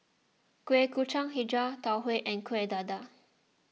Kuih Kacang HiJau Tau Huay and Kuih Dadar